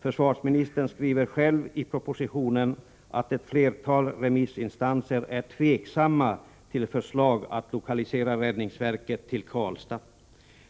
Försvarsministern skriver själv i propositionen att ett flertal remissinstanser är tveksamma till förslag att lokalisera räddningsverket till Karlstad.